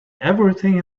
everything